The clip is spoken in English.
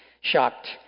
shocked